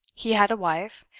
he had a wife,